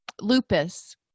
lupus